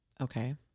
Okay